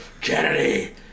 Kennedy